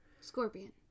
Scorpion